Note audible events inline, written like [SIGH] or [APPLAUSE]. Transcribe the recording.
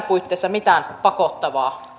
[UNINTELLIGIBLE] puitteissa mitään pakottavaa